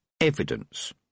evidence